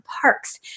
parks